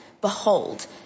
behold